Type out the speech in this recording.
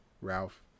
Ralph